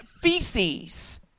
feces